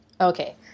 Okay